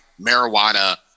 marijuana